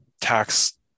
tax